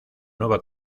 nueva